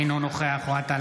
אינו נוכח אוהד טל,